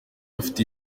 afite